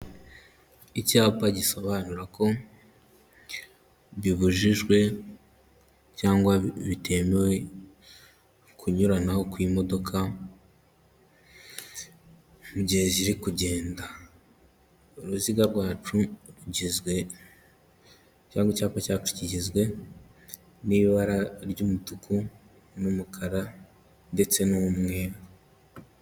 Icyapa gisobanura ko bibujijwe cyangwa bitemewe kunyuranaho kw'imodoka mu gihe ziri kugenda, uruziga rwacu rugizwe cyangwa icyapa cyacu kigizwe n'ibara ry'umutuku n'umukara ndetse n'umweru.